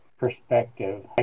perspective